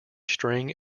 string